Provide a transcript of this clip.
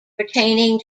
pertaining